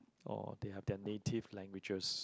or they have their native languages